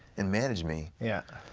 and manage me. yeah.